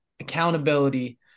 accountability